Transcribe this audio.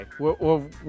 okay